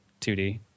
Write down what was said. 2D